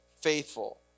faithful